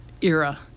Era